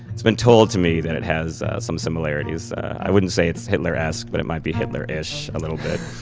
it's been told to me that it has some similarities i wouldn't say it's hitler-esque but it might be hitler-ish, a little bit.